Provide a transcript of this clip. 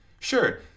Sure